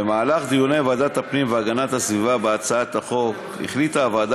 במהלך דיוני ועדת הפנים והגנת הסביבה בהצעת החוק החליטה הוועדה